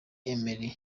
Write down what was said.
emery